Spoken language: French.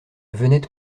venette